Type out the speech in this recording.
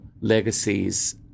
legacies